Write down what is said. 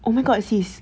oh my god sis